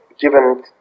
given